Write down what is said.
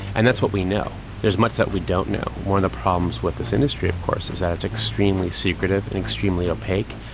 and that's what we know. there's much that we don't know. one of the problems with this industry, of course, is that it's extremely secretive and extremely opaque,